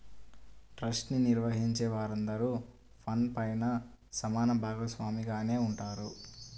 trust ని నిర్వహించే వారందరూ ఫండ్ పైన సమాన భాగస్వామిగానే ఉంటారు